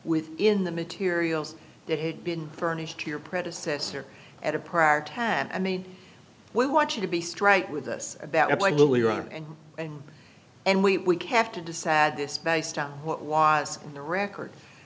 within the materials that had been furnished to your predecessor at a prior tab i mean we want you to be straight with us about it and and and we have to decide this based on what was in the record